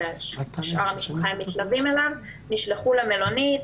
נשלחו למלונית,